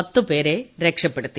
പത്ത് പേരെ രക്ഷപ്പെടുത്തി